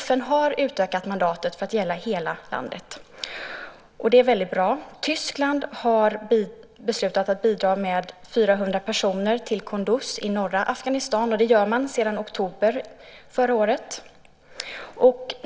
FN har utökat mandatet till att gälla hela landet. Det är väldigt bra. Tyskland har beslutat att bidra med 400 personer till Kunduz i norra Afghanistan. Det gör man sedan oktober förra året.